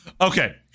Okay